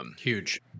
huge